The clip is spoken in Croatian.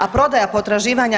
A prodaja potraživanja